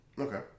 Okay